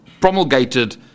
promulgated